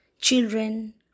children